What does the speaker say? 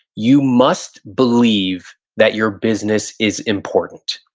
you must believe that your business is important.